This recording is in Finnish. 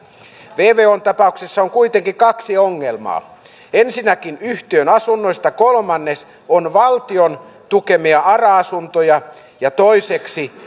vvon tapauksessa on kuitenkin kaksi ongelmaa ensinnäkin yhtiön asunnoista kolmannes on valtion tukemia ara asuntoja ja toiseksi